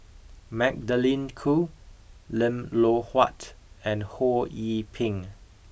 Magdalene Khoo Lim Loh Huat and Ho Yee Ping